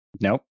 Nope